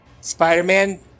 Spider-Man